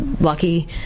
lucky